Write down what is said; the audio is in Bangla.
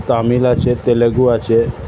তামিল আছে তেলেগু আছে